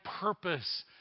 purpose